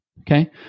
okay